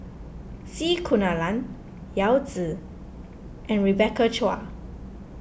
C Kunalan Yao Zi and Rebecca Chua